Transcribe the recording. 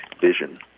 vision